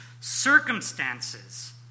circumstances